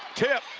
tip